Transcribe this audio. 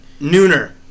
Nooner